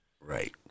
Right